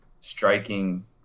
striking